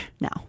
now